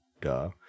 Duh